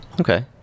Okay